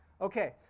Okay